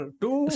two